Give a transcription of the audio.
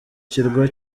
kirwa